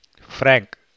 Frank